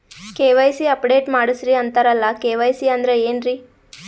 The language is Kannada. ಕೆ.ವೈ.ಸಿ ಅಪಡೇಟ ಮಾಡಸ್ರೀ ಅಂತರಲ್ಲ ಕೆ.ವೈ.ಸಿ ಅಂದ್ರ ಏನ್ರೀ?